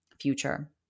future